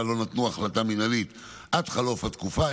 לא נתנו החלטה מינהלית עד חלוף התקופה,